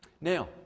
Now